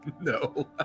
No